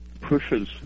pushes